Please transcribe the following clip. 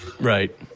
Right